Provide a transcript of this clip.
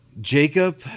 Jacob